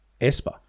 Esper